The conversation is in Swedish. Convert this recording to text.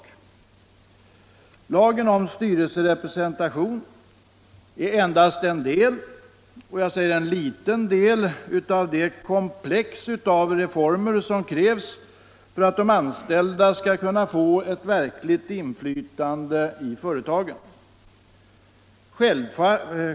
Ny aktiebolagslag, Lagen om styrelserepresentation är endast en del, och jag vill säga m.m. en liten del, av det komplex av reformer som krävs för att de anställda skall få verkligt inflytande i företagen.